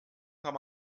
kann